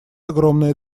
огромное